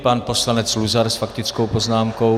Pan poslanec Luzar s faktickou poznámkou.